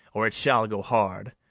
or it shall go hard.